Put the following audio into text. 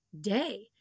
day